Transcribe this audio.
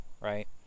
right